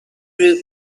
route